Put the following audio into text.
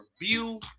review